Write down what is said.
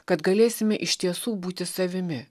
kad galėsime iš tiesų būti savimi